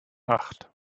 acht